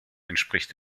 entspricht